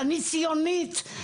אני ציונית,